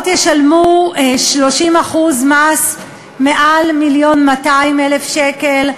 ישלמו 30% מס על מעל מיליון ו-200,000 שקל,